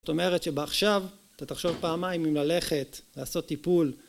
זאת אומרת שבעכשיו אתה תחשוב פעמיים אם ללכת לעשות טיפול